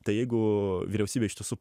tai jeigu vyriausybė iš tiesų